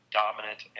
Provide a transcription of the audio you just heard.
dominant